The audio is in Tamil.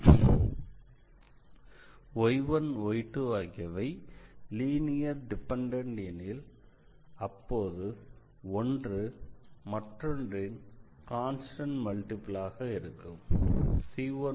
y1y2 ஆகியவை லீனியர் டிபெண்டண்ட் எனில் அப்போது ஒன்று மற்றொன்றின் கான்ஸ்டன்ட் மல்டிபிளாக இருக்கும்